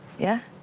yeah?